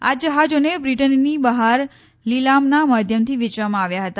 આ જહાજોને બ્રિટનની બહાર લીલામના માધ્યમથી વેચવામાં આવ્યા હતા